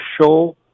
show